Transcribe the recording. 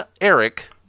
Eric